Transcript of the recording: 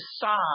decide